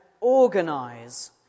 organize